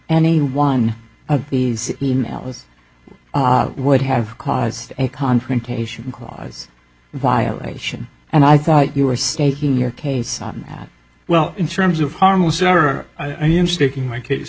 any one of these e mails would have caused a confrontation clause violation and i thought you were stating your case that well in terms of harmless error i am sticking my case